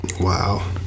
Wow